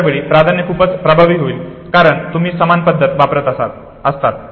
अशा वेळी प्राधान्य खूपच प्रभावी होईल कारण तुम्ही समान पद्धत वापरत असतात